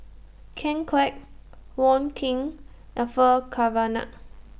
Ken Kwek Wong Keen Orfeur Cavenagh